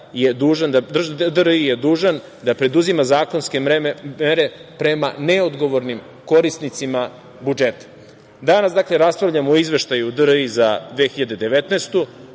zakona DRI je dužan da preduzima zakonske mere prema neodgovornim korisnicima budžeta. Danas raspravljamo o Izveštaju DRI za 2019.